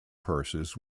purses